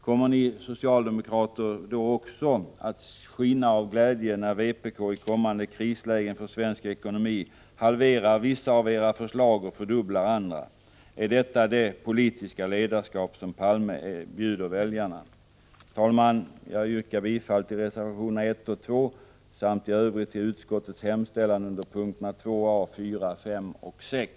Kommer ni socialdemokrater också då att skina av glädje, när vpk i kommande krislägen för svensk ekonomi halverar vissa av era förslag och fördubblar andra? Är detta det politiska ledarskap som Olof Palme bjuder väljarna? Herr talman! Jag yrkar bifall till reservationerna 1 och 2 samt i övrigt till skatteutskottets hemställan under p. 2 a, 4, 5 och 6.